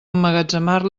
emmagatzemar